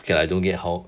okay I don't get how